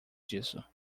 disso